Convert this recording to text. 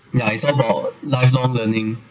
yeah it's all about lifelong learning